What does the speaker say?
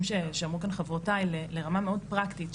שאמרו כאן חברותיי לרמה מאוד פרקטית,